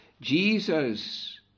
Jesus